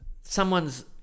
someone's